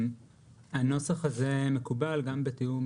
אני אגיד שהנוסח הזה מקובל גם בתיאום